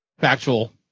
Factual